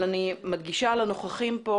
אבל אני מדגישה לנוכחים פה